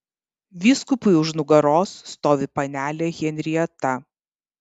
vyskupui už nugaros stovi panelė henrieta